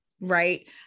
right